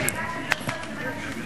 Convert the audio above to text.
יש לי שאלה שאני לא מצליחה לקבל עליה תשובה,